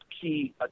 key